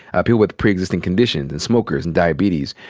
people with pre-existing conditions and smokers and diabetes.